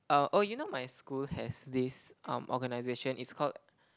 uh oh you know my school has this um organization it's called